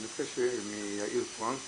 אני מבקש מיאיר פראנק,